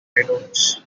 itunes